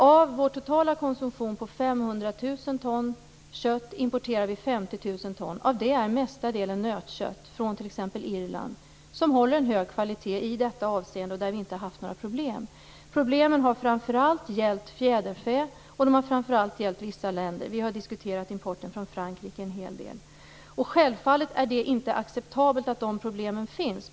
Av vår totala konsumtion på 500 000 ton kött importerar vi 50 000 ton. Av det är största delen nötkött, från t.ex. Irland, som håller en hög kvalitet i detta avseende och där vi inte har haft några problem. Problemen har framför allt gällt fjäderfä och framför allt vissa länder. Vi har diskuterat importen från Frankrike en hel del. Självfallet är det inte acceptabelt att de problemen finns.